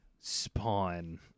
Spawn